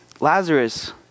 Lazarus